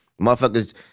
motherfuckers